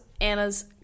Anna's